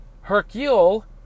Hercule